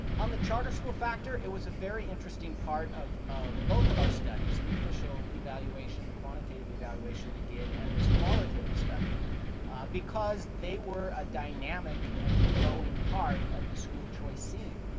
on the charter school factor, it was a very interesting part of of both of our studies, the official evaluation, the quantitative evaluation we did, and this qualitative study because they were a dynamic and growing part of the school choice scene.